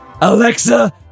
Alexa